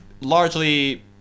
largely